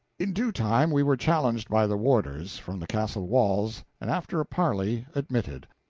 in due time we were challenged by the warders, from the castle walls, and after a parley admitted.